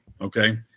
Okay